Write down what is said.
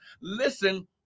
Listen